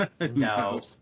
No